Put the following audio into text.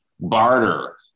barter